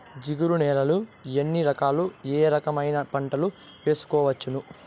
జిగురు నేలలు ఎన్ని రకాలు ఏ రకమైన పంటలు వేయవచ్చును?